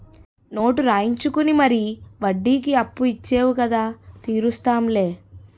note రాయించుకుని మరీ వడ్డీకి అప్పు ఇచ్చేవు కదా తీరుస్తాం లే